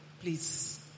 please